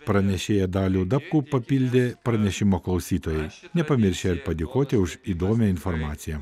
pranešėją dalių dapkų papildė pranešimo klausytojai nepamiršę ir padėkoti už įdomią informaciją